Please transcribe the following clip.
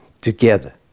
together